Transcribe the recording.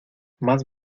más